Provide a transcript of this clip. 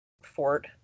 fort